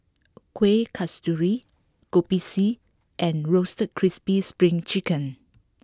Kueh Kasturi Kopi C and Roasted Crispy Spring Chicken